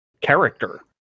character